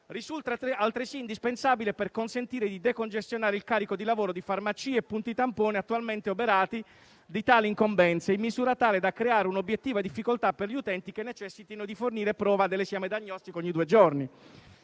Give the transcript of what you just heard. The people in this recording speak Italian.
risulta altresì indispensabile per consentire di decongestionare il carico di lavoro di farmacie e punti tampone attualmente oberati di tal incombenza in misura tale da creare un'obiettiva difficoltà per gli utenti che necessitino di fornire prova dell'esame diagnostico ogni due giorni;